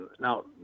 now